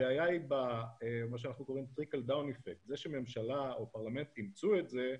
הבעיה היא שזה שממשלה או פרלמנט אימצו את זה,